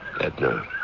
Edna